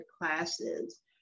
classes